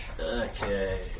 Okay